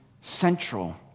central